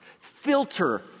filter